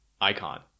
icon